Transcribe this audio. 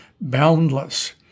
boundless